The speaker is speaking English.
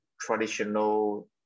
traditional